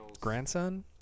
grandson